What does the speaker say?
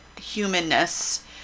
humanness